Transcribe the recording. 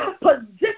position